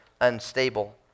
unstable